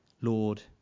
Lord